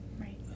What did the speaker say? Right